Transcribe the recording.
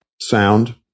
sound